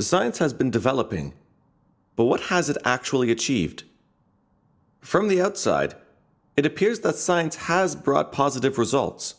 as science has been developing but what has it actually achieved from the outside it appears that science has brought positive results